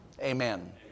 Amen